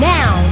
Now